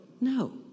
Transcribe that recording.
No